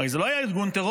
הרי זה לא היה ארגון טרור.